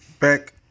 back